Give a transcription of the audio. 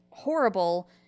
horrible